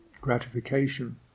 gratification